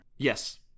Yes